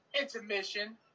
intermission